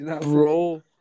bro